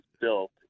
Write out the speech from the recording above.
built